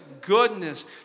goodness